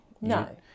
No